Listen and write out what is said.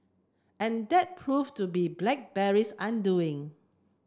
and that proved to be BlackBerry's undoing